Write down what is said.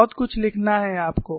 बहुत कुछ लिखना है आपको